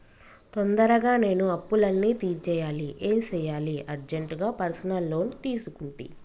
తొందరగా నేను అప్పులన్నీ తీర్చేయాలి ఏం సెయ్యాలి అర్జెంటుగా పర్సనల్ లోన్ తీసుకుంటి